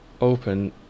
open